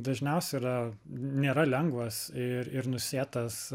dažniausiai yra nėra lengvas ir ir nusėtas